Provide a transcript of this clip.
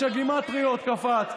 איש הגימטריות קפץ.